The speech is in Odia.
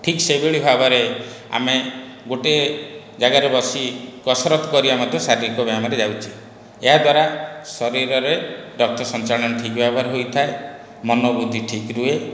ଠିକ୍ ସେହିଭଳି ଭାବରେ ଆମେ ଗୋଟିଏ ଯାଗାରେ ବସି କସରତ କରିବା ମଧ୍ୟ ଶାରୀରିକ ବ୍ୟାୟାମରେ ଯାଉଛି ଏହାଦ୍ୱାରା ଶରୀରରେ ରକ୍ତ ସଞ୍ଚାଳନ ଠିକ୍ ଭାବରେ ହୋଇଥାଏ ମନ ବୁଦ୍ଧି ଠିକ୍ ରୁହେ